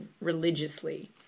religiously